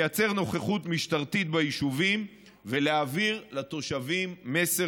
לייצר נוכחות משטרתית ביישובים ולהעביר לתושבים מסר